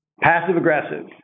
Passive-aggressive